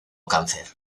cáncer